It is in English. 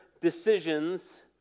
decisions